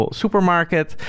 supermarket